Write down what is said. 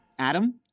Adam